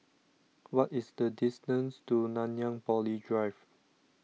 what is the distance to Nanyang Poly Drive